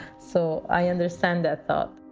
so i understand that thought